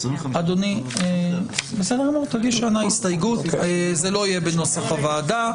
אדוני, תגיש הסתייגות וזה לא יהיה בנוסח הוועדה.